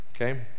okay